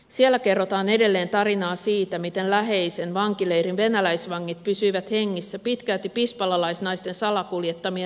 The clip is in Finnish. siellä kerrotaan edelleen tarinaa siitä miten läheisen vankileirin venäläisvangit pysyivät hengissä pitkälti pispalalaisnaisten salakuljettamien ruokapakettien turvin